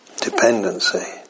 dependency